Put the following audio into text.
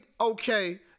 okay